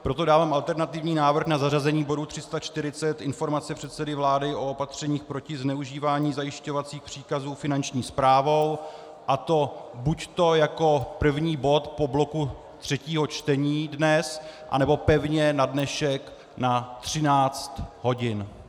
Proto dávám alternativní návrh na zařazení bodu 340, Informace předsedy vlády o opatřeních proti zneužívání zajišťovacích příkazů Finanční správou, a to buď jako první bod po bloku třetích čtení dnes, anebo pevně na dnešek na 13 hodin.